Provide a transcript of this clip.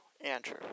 Andrew